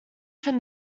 from